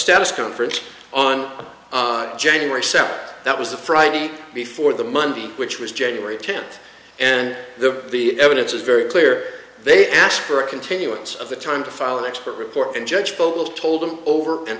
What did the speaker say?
status conference on january seventh that was the friday before the monday which was january tenth and the the evidence is very clear they asked for a continuance of the time to file an expert report and judge vocal told them over and